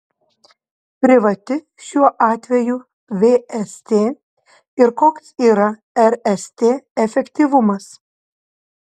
privati šiuo atveju vst ir koks yra rst efektyvumas